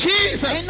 Jesus